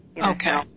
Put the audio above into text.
Okay